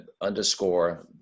underscore